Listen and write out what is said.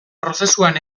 prozesuan